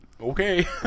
Okay